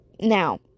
now